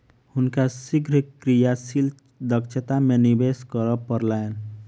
हुनका शीघ्र क्रियाशील दक्षता में निवेश करअ पड़लैन